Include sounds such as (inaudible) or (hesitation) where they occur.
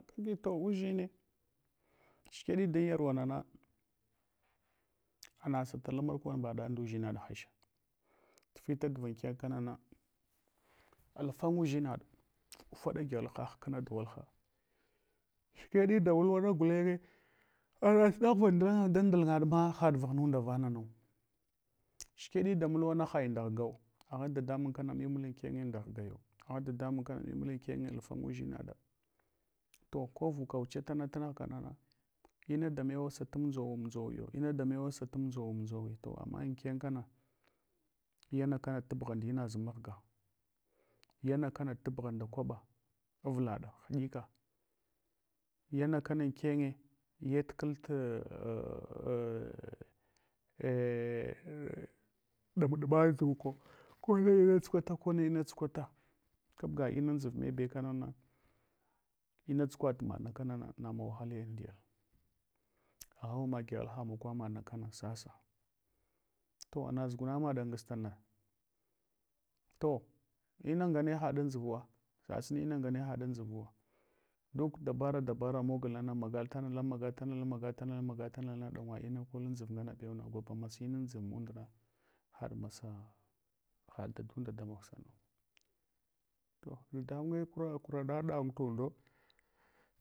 Agito udʒine shikeɗi da yarwanana anasa tda markwambaɗa nduʒina ɗa hasha. Tufita duva anken kanana alfanga udʒinaɗa ufada gyadhalha ufaɗa dughalha. (unintelligible) Ana suɗaghwa dan ndul ngaɗma haɗ vunda vananmu. Shikeɗi da mulwana hai ndaghgau. Agha dadamun kana muwmula ankene andaghgaya. Agh dadamun kana muwmala ankene affanga udʒinaɗa. to ko vuka muchataa tunghkanana inadamew sa nʒomiyo. Ama anken kana yana kana tabgha indinaz mahga. Yanakana tabgha nda kwaɓa avlaɗa hiɗika yana kana ankenye, (hesitation) kabga inundʒuv ne be kanuna. Inatsu kwa tumaɗna kanana, nana wahale amdiyal, agha uma gyaghalha makwamaɗ na kana sasa. To anaʒuguna maɗa ngastuna, to ina ngane haɗ anʒuvuwa sasuni ina ngane haɗ anʒuvuwa. Duk dabara dabara moghlnana, magaltama magaltama, magaltama na, ɗangwa ina kol anʒurngana bewna, gwaba sena andʒur mundna har masa hadadun damog, to dadamunye kurana ɗangw.